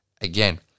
again